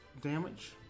damage